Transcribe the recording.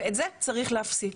ואת זה צריך להפסיק.